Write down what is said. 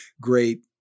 great